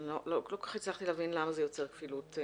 לא כל כך הצלחתי למה זה יוצר כפילות.